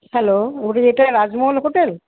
hello এটা Rajmahal hotel